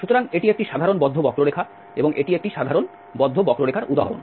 সুতরাং এটি একটি সাধারণ বদ্ধ বক্ররেখা এবং এটি একটি সাধারণ বদ্ধ বক্ররেখার উদাহরণ